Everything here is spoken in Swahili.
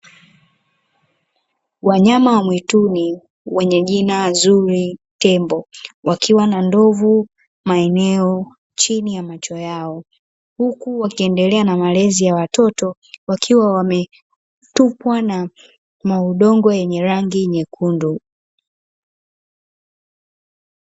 Wanyama wa mwituni wenye jina zuri tembo, wakiwa na ndovu maeneo chini ya macho yao, huku wakiendelea na malezi ya watoto wakiwa wametupwa na maudongo yenye rangi nyekundu.